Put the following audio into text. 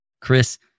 chris